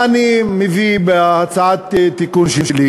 מה אני מביא בהצעת התיקון שלי?